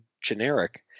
generic